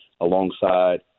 alongside